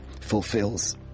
fulfills